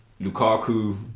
Lukaku